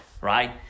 right